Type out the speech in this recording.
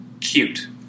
cute